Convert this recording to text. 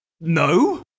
No